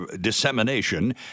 dissemination